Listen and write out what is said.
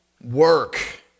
work